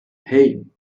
hey